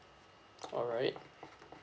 alright